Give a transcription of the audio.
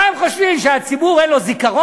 מה הם חושבים, שהציבור אין לו זיכרון,